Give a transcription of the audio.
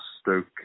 Stoke